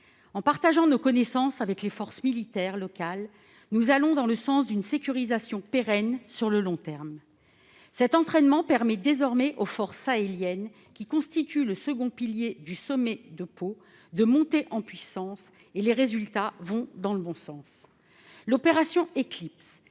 En partageant nos connaissances avec les forces militaires locales, nous allons dans le sens d'une sécurisation pérenne sur le long terme. Cet entraînement permet désormais aux forces sahéliennes, qui constituent le deuxième pilier du sommet de Pau, de monter en puissance, et les résultats sont encourageants. L'opération Éclipse,